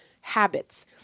habits